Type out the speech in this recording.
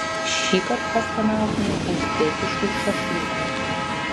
šįkart paskanaukime uzbekiškų šašlykų